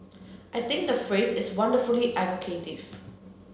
I think the phrase is wonderfully evocative